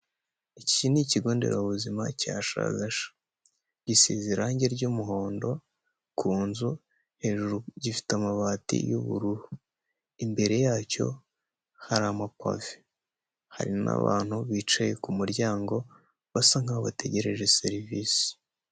Iki ni ikigo nderabuzima cya shagasha, gisize irangi ry'umuhondo ku nzu hejuru gifite amabati y'ubururu, imbere yacyo hari amapave, hari n'abantu bicaye ku muryango basa nk'aho bategereje serivisi.